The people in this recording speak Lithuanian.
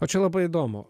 o čia labai įdomu